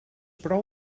prou